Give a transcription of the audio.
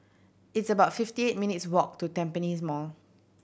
it's about fifty eight minutes' walk to Tampines Mall